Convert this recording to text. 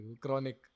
chronic